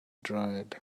dried